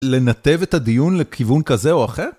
לנתב את הדיון לכיוון כזה או אחר?